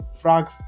frogs